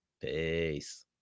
Peace